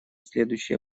следующие